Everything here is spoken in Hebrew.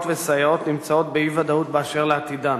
וסייעות נמצאות באי-ודאות באשר לעתידן.